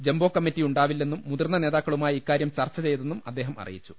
jumbo committee ഉണ്ടാവില്ലെന്നും മുതിർന്ന നേതാക്കളുമായി ഇക്കാര്യം ചർച്ച ചെയ്തെന്നും അദ്ദേഹം അറി യിച്ചു